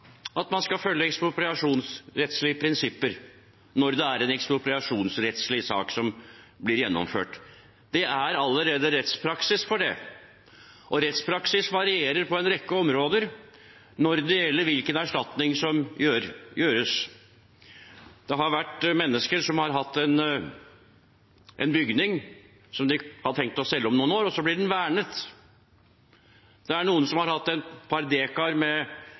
at man skal følge ekspropriasjonsrettslige prinsipper når det er en ekspropriasjonsrettslig sak som blir gjennomført. Det er allerede rettspraksis for det. Rettspraksis varierer på en rekke områder når det gjelder hvilken erstatning som gis. Det har vært mennesker som har hatt en bygning de hadde tenkt å selge om noen år, og så blir den vernet. Det er noen som har hatt et par dekar med område som er regulert til boligbygging, de har en